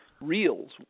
reels